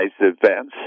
events